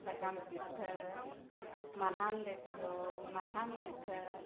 ᱥᱟᱠᱟᱢ ᱯᱤᱴᱷᱟᱹ ᱢᱟᱞᱦᱟᱱ ᱞᱮᱴᱚ ᱢᱟᱞᱦᱟᱱ ᱯᱤᱴᱷᱟᱹ